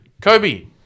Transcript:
Kobe